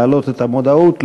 להעלות את המודעות,